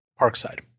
Parkside